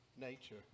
nature